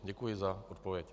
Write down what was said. Děkuji za odpověď.